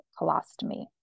colostomy